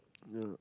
yeah